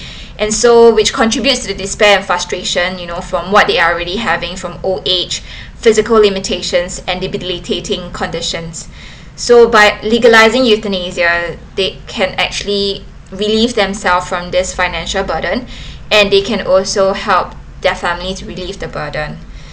and so which contributes to despair and frustration you know from what they are already having from old age physical limitations and debilitating conditions so by legalizing euthanasia they can actually relieve themselves from this financial burden and they can also help their families relieve the burden